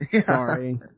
sorry